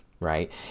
Right